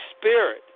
spirit